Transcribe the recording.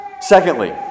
Secondly